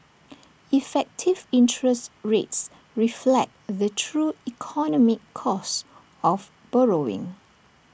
effective interest rates reflect the true economic cost of borrowing